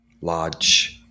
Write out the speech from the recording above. large